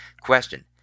Question